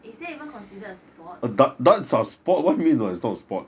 is that even considered a sports